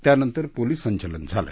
त्यानंतर पोलिस संचलन झालं